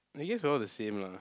I guess we're all the same lah